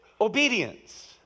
obedience